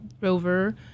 Rover